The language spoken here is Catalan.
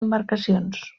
embarcacions